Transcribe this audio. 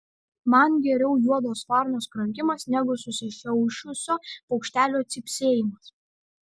man geriau juodos varnos krankimas negu susišiaušusio paukštelio cypsėjimas